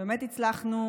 באמת הצלחנו,